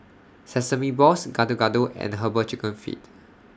Sesame Balls Gado Gado and Herbal Chicken Feet